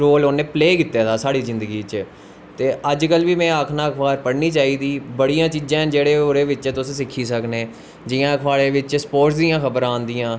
रोस उनें प्ले कीते दा साढ़ी जिन्दगी च ते अज कल बी में आखना अखबार पढ़नी चाह्ही दी बड़ी चीजां न ओह्दे बिच्च जेह्ड़ियां तुस सिक्खी सकने जियां थोआड़े बिच्च स्पोर्टस दियां खबरां आंदियां